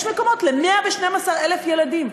יש מקומות ל-112,000 ילדים.